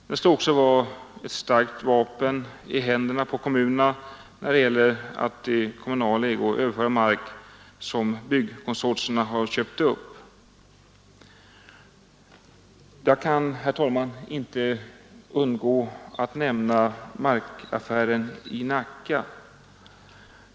Det skulle också vara ett starkt vapen i händerna på kommunerna när det gäller att till kommunal ägo överföra mark som byggkonsortierna har köpt upp. Jag kan, herr talman, inte underlåta att nämna markaffären i Nacka.